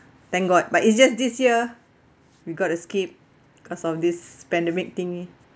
thank god but it's just this year we gotta skip because of this pandemic thingy